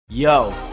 yo